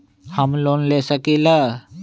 हम लोन ले सकील?